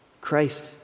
Christ